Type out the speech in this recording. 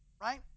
Right